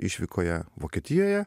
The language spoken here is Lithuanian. išvykoje vokietijoje